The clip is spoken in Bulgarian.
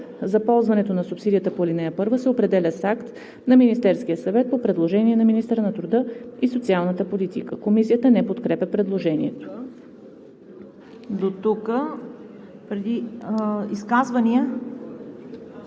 за ползването на субсидията по ал. 1 се определя с акт на Министерския съвет по предложение на министъра на труда и социалната политика.“ Комисията не подкрепя предложението.